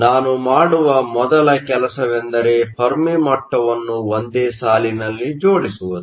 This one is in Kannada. ನಾನು ಮಾಡುವ ಮೊದಲ ಕೆಲಸವೆಂದರೆ ಫೆರ್ಮಿ ಮಟ್ಟವನ್ನು ಒಂದೇ ಸಾಲಿನಲ್ಲಿ ಜೋಡಿಸುವುದು